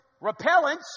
repellents